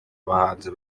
abahanzi